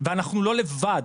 ואנחנו לא לבד,